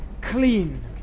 clean